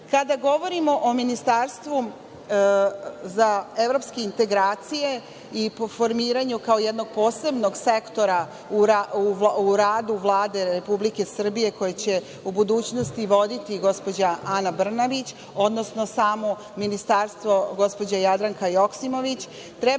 govorimo o ministarstvu za evropske integracije i po formiranju, kao jednog posebnog sektora u radu Vlade Republike Srbije, koje će u budućnosti voditi gospođa Ana Brnabić, odnosno samo ministarstvo, gospođa Jadranka Joksimović,